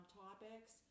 topics